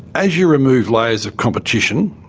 as you remove layers of competition,